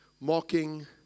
mocking